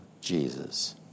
Jesus